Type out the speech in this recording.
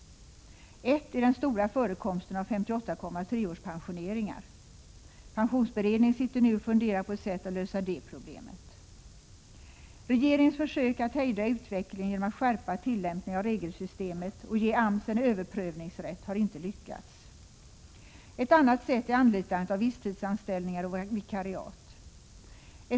Ett är den stora förekomsten av 58,3-årspensioneringen. Pensionsberedningen sitter nu och funderar på ett sätt att lösa det problemet. Regeringens försök att hejda utvecklingen genom att skärpa tillämpningen av regelsystemet och ge AMS en överprövningsrätt har inte lyckats. Ett annat sätt är anlitandet av visstidsanställningar och vikariat.